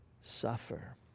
suffer